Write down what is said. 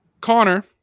Connor